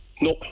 No